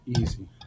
Easy